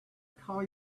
call